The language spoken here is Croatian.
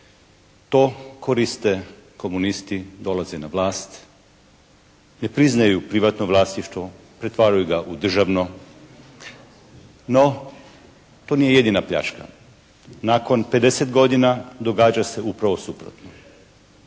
To koriste komunisti, dolaze na vlast, ne priznaju privatno vlasništvo, pretvaraju ga u državno, no to nije jedina pljačka. Nakon 50 godina događa se upravo suprotno.